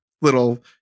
little